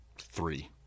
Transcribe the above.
Three